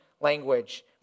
language